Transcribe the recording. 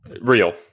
Real